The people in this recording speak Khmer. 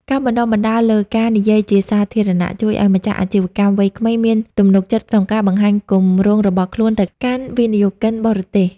ការបណ្ដុះបណ្ដាលលើ "ការនិយាយជាសាធារណៈ" ជួយឱ្យម្ចាស់អាជីវកម្មវ័យក្មេងមានទំនុកចិត្តក្នុងការបង្ហាញគម្រោងរបស់ខ្លួនទៅកាន់វិនិយោគិនបរទេស។